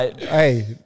hey